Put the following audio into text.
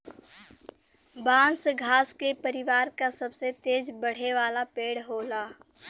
बांस घास के परिवार क सबसे तेज बढ़े वाला पेड़ होला